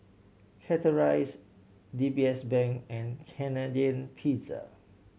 Chateraise D B S Bank and Canadian Pizza